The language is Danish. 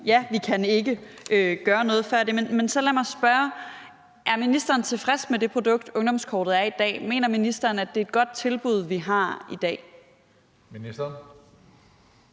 at vi ikke kan gøre noget før det. Men så lad mig spørge: Er ministeren tilfreds med det produkt, ungdomskortet er i dag? Mener ministeren, at det er et godt tilbud, vi har i dag? Kl.